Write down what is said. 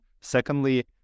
Secondly